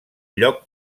lloc